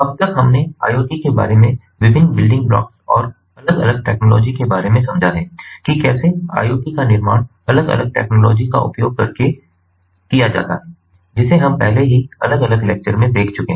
अब तक हमने आईओटी के बारे में विभिन्न बिल्डिंग ब्लॉक्स और अलग अलग टेक्नॉलॉजी के बारे में समझा है कि कैसे आइओटी का निर्माण अलग अलग टेक्नॉलॉजी का उपयोग करके किया जाता है जिसे हम पहले ही अलग अलग लेक्चर में देख चुके हैं